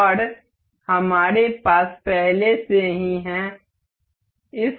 हमने इन सभी को कवर किया है एक एक करके प्रोफ़ाइल केंद्र सममित चौड़ाई पाथ मेट रैखिक युग्मक दूरी सीमा और कोण सीमा है